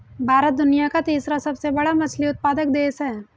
भारत दुनिया का तीसरा सबसे बड़ा मछली उत्पादक देश है